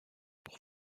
pour